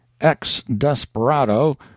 Ex-desperado